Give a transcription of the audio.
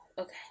Okay